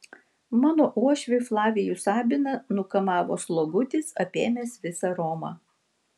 mano uošvį flavijų sabiną nukamavo slogutis apėmęs visą romą